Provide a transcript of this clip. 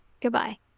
Goodbye